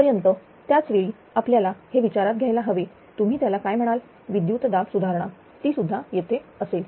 पर्यंत त्याच वेळी आपल्याला हे विचारात घ्यायला हवे तुम्ही त्याला काय म्हणाल विद्युत दाब सुधारणा ती सुद्धा तेथे असेल